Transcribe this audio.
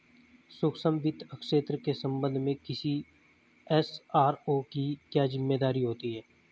सूक्ष्म वित्त क्षेत्र के संबंध में किसी एस.आर.ओ की क्या जिम्मेदारी होती है?